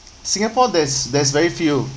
singapore there's there's very few